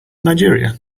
nigeria